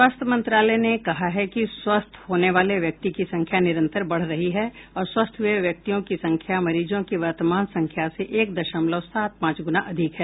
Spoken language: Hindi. स्वास्थ्य मंत्रालय ने बताया कि स्वस्थ होने वाले व्यक्ति की संख्या निरन्तर बढ़ रही है और स्वस्थ हुए व्यक्तियों की संख्या मरीजों की वर्तमान संख्या से एक दशमलव सात पांच गुना अधिक है